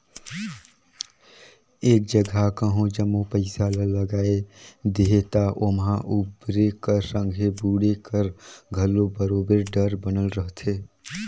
एक जगहा कहों जम्मो पइसा ल लगाए देहे ता ओम्हां उबरे कर संघे बुड़े कर घलो बरोबेर डर बनल रहथे